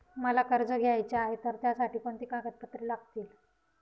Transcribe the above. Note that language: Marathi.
मला कर्ज घ्यायचे आहे तर त्यासाठी कोणती कागदपत्रे लागतील?